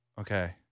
Okay